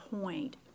point